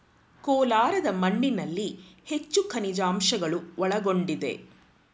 ಕೋಲಾರದ ಮಣ್ಣಿನಲ್ಲಿ ಹೆಚ್ಚು ಖನಿಜಾಂಶಗಳು ಒಳಗೊಂಡಿದೆ